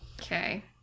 Okay